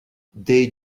they